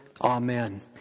Amen